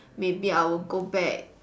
maybe I will go back